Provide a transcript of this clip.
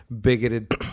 bigoted